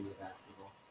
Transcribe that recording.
Basketball